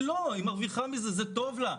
לא, היא מרוויחה מזה, זה טוב לה.